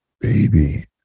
baby